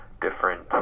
different